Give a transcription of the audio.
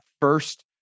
first